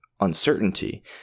uncertainty